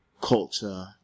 culture